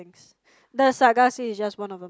the saga seed is just one of them